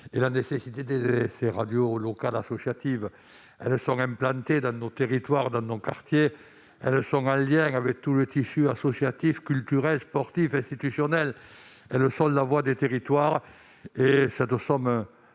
sur l'importance de ces radios locales associatives implantées dans nos territoires, dans nos quartiers. Elles sont en lien avec tout le tissu associatif, culturel, sportif, institutionnel. Elles sont la voix des territoires. Cette somme